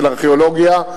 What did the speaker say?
של ארכיאולוגיה,